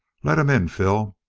let him in, phil.